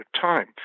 time